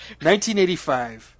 1985